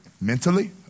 mentally